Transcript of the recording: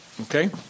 Okay